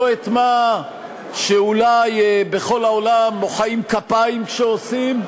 לא את מה שאולי בכל העולם מוחאים כפיים כשעושים,